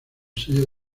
sello